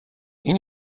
این